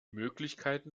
möglichkeiten